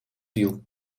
viel